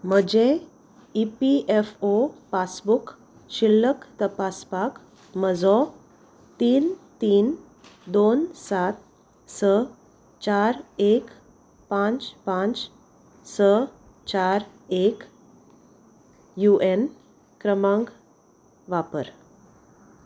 म्हजें E P F O passbook शिल्लक तपासपाक म्हजो तीन तीन दोन सात स चार एक पांच पांच स चार एक यू एन क्रमांक वापर